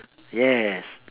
yes